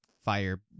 fire